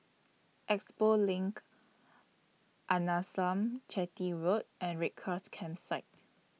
Expo LINK Arnasalam Chetty Road and Red Cross Campsite